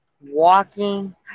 walking